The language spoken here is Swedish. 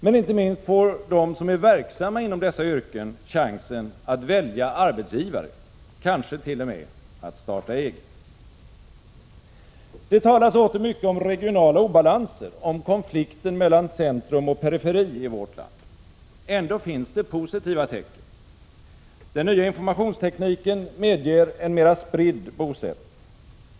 Men inte minst får de som är verksamma inom dessa yrken chansen att välja arbetsgivare — kanske t.o.m. att starta eget. Det talas åter mycket om regionala obalanser, om konflikten mellan centrum och periferi i vårt land. Ändå finns det positiva tecken. Den nya informationstekniken medger en mera spridd bosättning.